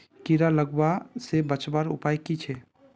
कीड़ा लगवा से बचवार उपाय की छे?